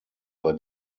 bei